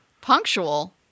Punctual